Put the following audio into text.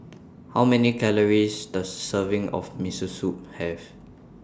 How Many Calories Does Serving of Miso Soup Have